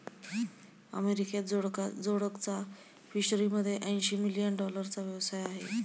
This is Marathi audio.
अमेरिकेत जोडकचा फिशरीमध्ये ऐंशी मिलियन डॉलरचा व्यवसाय आहे